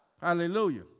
Hallelujah